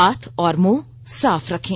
हाथ और मुंह साफ रखें